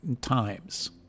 times